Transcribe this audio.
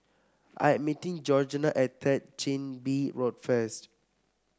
I'm meeting Georganna at Third Chin Bee Road first